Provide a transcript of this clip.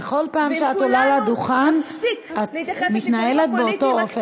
בכל פעם שאת עולה לדוכן את מתנהלת באותו אופן.